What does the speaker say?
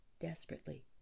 desperately